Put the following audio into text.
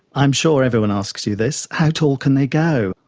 i'm sure everyone asks you this how tall can they go?